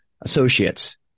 associates